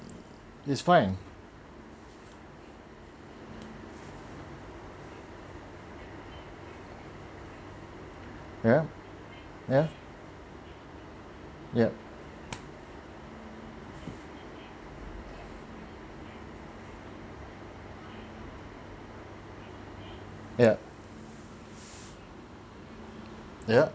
it's fine ya ya yup yup yup